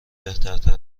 بهترتر